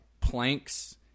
planks